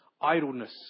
idleness